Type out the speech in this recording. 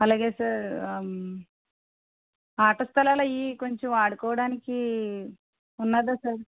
అలాగే సార్ ఆట స్థలాలు అవి కొంచెం ఆడుకోవటానికి ఉన్నదా సార్